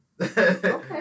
Okay